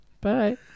Bye